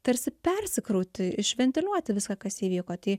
tarsi persikrauti išventiliuoti viską kas įvyko tai